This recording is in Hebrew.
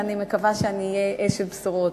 ואני מקווה שאהיה אשת בשורות.